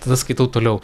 tada skaitau toliau